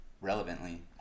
relevantly